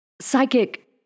psychic